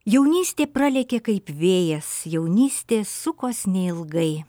jaunystė pralėkė kaip vėjas jaunystė sukos neilgai